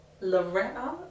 Loretta